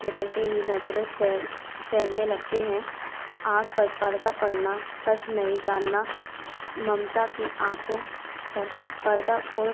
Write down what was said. निकलते ही नजरें फेर फेरने लगते हैं आँख पर पर्दा पड़ना सच नहीं जानना ममता की आँखाें पर पर्दा ओड़